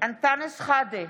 אנטאנס שחאדה,